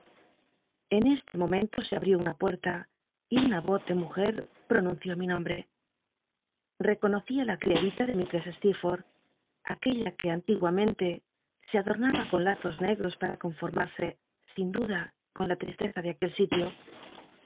en este momento se abrió una puerta y una oz de mujer pronunció mi nombre reconocí i la criadi la de mistress steerfort h aquella que antiguamente se adornaba con lnzos negros pam confol'lnar se sin duda con la tristeza de aquel sitio